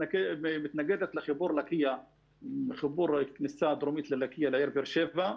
מתנגדת לחיבור הכניסה הדרומית ללקייה לעיר באר שבע,